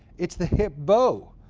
it's the hipbo.